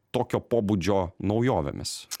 tokio pobūdžio naujovėmis